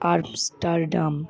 Amsterdam